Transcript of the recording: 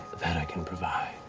that i can provide,